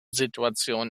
situation